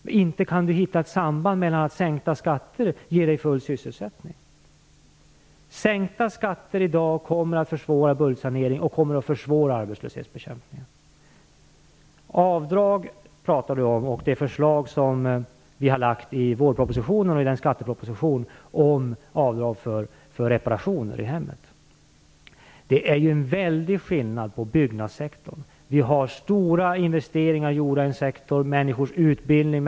Kan Carl Fredrik Graf hitta ett samband som säger att sänkta skatter ger full sysselsättning? Sänkta skatter i dag skulle försvåra budgetsaneringen och arbetslöshetsbekämpningen. Carl Fredrik Graf talar också om avdrag och det förslag vi har lagt fram i vårpropositionen och skattepropositionen om avdrag för reparationer i hemmet. Det är en väldig skillnad på byggnadssektorn och det vi nu diskuterar. Vi har gjort stora investeringar i den sektorn, t.ex. vad gäller människors utbildning.